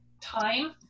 time